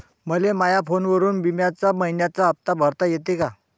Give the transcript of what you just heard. मले माया फोनवरून बिम्याचा मइन्याचा हप्ता भरता येते का?